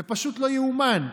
זה פשוט לא ייאמן,